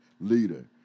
leader